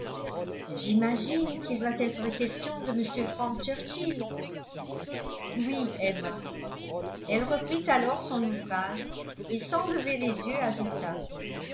j'imagine qu'il doit être question de m frank churchill oui emma elle reprit alors son ouvrage et sans lever les yeux ajouta